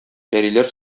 пәриләр